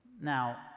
Now